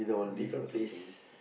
different place